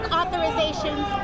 authorizations